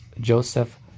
Joseph